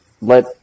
Let